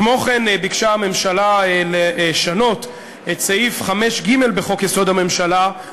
כמו-כן ביקשה הממשלה לשנות את סעיף 5(ג) בחוק-יסוד: הממשלה,